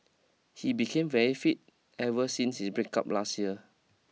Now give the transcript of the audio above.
he became very fit ever since his breakup last year